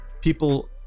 people